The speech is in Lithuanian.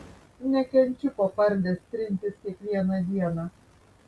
nekenčiu po pardes trintis kiekvieną dieną